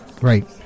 Right